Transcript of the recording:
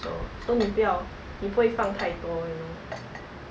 mm 不要你不会放太多 you know